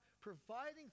providing